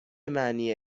معنی